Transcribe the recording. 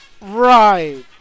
Right